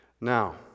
Now